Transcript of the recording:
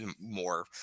more